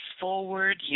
Forward